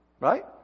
Right